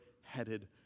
headed